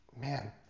man